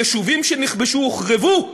יישובים שנכבשו הוחרבו.